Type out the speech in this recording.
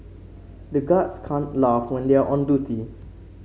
the guards can't laugh when they are on duty